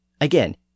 Again